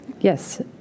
Yes